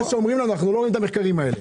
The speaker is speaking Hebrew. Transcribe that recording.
אנחנו לא רואים את המחקרים האלה.